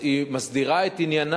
אז היא מסדירה את ענייניו,